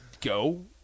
go